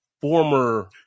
Former